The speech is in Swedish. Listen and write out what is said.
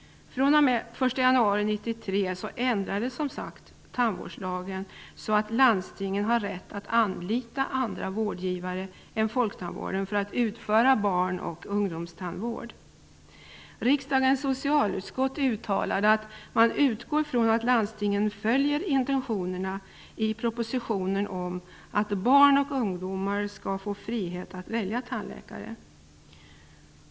fr.o.m. den 1 januari 1993 ändrades som sagt tandvårdslagen så att landstingen har rätt att anlita andra vårdgivare än folktandvården för att utföra barn och ungdomstandvård. Riksdagens socialutskott uttalade att man ''utgår från att landstingen följer intentionerna i propositionen om att barn och ungdomar skall få frihet att välja tandläkare.''